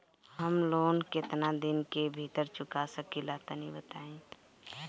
हम लोन केतना दिन के भीतर चुका सकिला तनि बताईं?